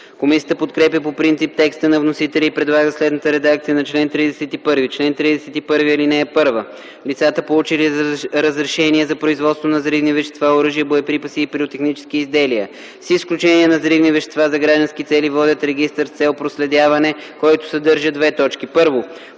Комисията подкрепя по принцип текста на вносителя и предлага следната редакция на чл. 31: „Чл. 31. (1) Лицата, получили разрешение за производство на взривни вещества, оръжия, боеприпаси и пиротехнически изделия, с изключение на взривни вещества за граждански цели, водят регистър с цел проследяване, който съдържа: 1.